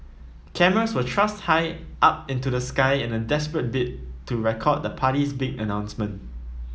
cameras were thrust high up into the sky in a desperate bid to record the party's big announcement